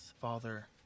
father